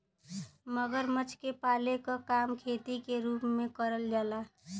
मगरमच्छ के पाले क काम खेती के रूप में करल जाला